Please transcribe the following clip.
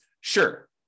Sure